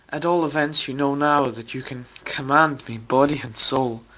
at all events you know now that you can command me, body and soul.